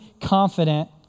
confident